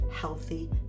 healthy